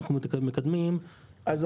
שאנחנו מקדמים --- אז,